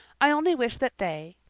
i only wish that they,